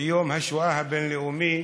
ביום השואה הבין-לאומי